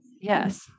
Yes